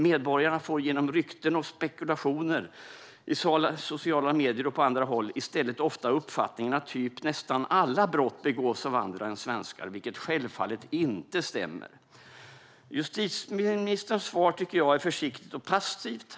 Medborgarna får genom rykten och spekulationer i sociala medier och på andra håll i stället ofta uppfattningen att nästan alla brott begås av andra än svenskar, vilket självfallet inte stämmer. Justitieministerns svar är försiktigt och passivt.